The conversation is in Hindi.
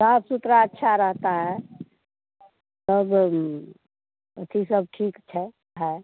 साफ़ सुथरा अच्छा रहता है सब अथि सब ठीक है